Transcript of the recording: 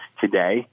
today